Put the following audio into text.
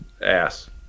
ass